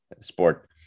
sport